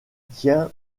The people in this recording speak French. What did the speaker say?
tient